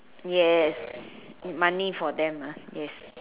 yes money for them ah yes